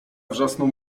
wrzasnął